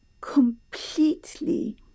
completely